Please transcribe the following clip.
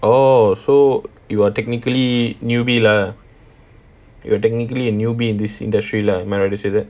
oh so you are technically newbie lah you are technically a newbie in this industry lah am I right to say that